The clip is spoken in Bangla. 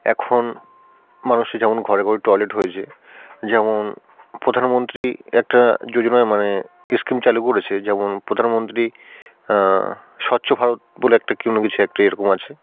এখন মানুষে ঝেমন ঘরে ঘরে টয়লেট হয়েছে যেমন প্রধানমন্ত্রী একটা যোজনায় মানে স্কিম চালু করেছে যেমন প্রধানমন্ত্রী স্বচ্ছ ভারত বলে একটা কোনো কিছু একটা এরকম আছে